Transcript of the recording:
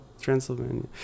Transylvania